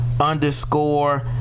underscore